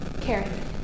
Karen